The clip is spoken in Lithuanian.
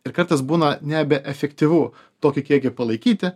ir kartais būna nebeefektyvu tokį kiekį palaikyti